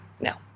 now